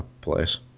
place